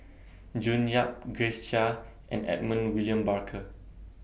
June Yap Grace Chia and Edmund William Barker